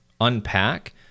unpack